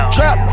Trap